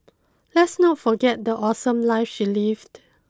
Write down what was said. let's not forget the awesome life she lived